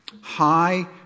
High